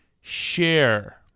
share